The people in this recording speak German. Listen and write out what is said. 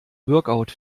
workout